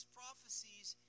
prophecies